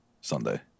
Sunday